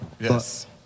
Yes